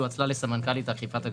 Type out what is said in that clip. שהואצלה לסמנכ"לית אכיפת הגבייה,